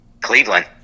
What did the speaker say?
Cleveland